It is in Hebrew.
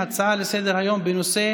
הצעות לסדר-היום בנושא: